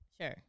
Sure